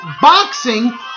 boxing